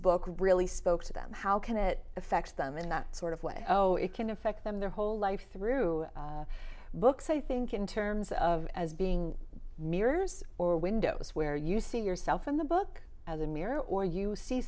really spoke to them how can it affect them in that sort of way oh it can affect them their whole life through books i think in terms of as being mirrors or windows where you see yourself in the book as a mirror or you see